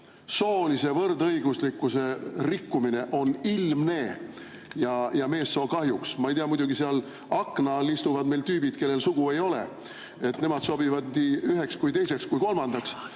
Soolise võrdõiguslikkuse rikkumine on ilmne, ja meessoo kahjuks. Ma ei tea, muidugi, seal akna all meil istuvad tüübid, kellel sugu ei ole, nemad sobivad nii üheks kui teiseks kui kolmandaks.